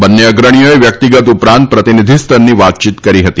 બંને અગ્રણીઓએ વ્યકિતગત ઉપરાંત પ્રતિનિધિસ્તરની વાતયીત કરી હતી